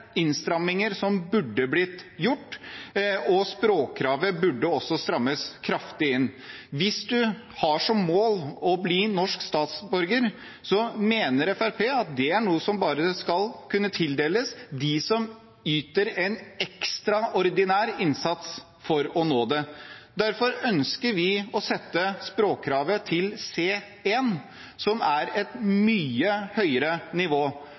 som burde blitt gjort. Språkkravet burde også strammes kraftig inn. Hvis en har som mål å bli norsk statsborger, mener Fremskrittspartiet at det er noe som bare skal kunne tildeles dem som yter en ekstraordinær innsats for å nå det. Derfor ønsker vi å sette språkkravet til C1, som er et mye høyere nivå,